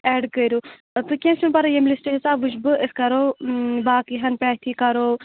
add کٔرِو کیٚنٛہہ چھُنہٕ پَرواے ییٚمہِ لِسٹ حِساب وٕچھ بہٕ أسۍ کَرو باقی ہَن پیتھی کَرو